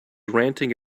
ranting